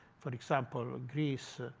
for example, ah greece